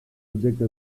objecte